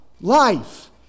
life